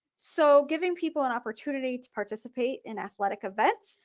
so giving people an opportunity to participate in athletic events,